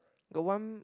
got one